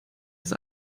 ist